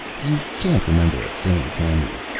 you can't remember a thing, can you?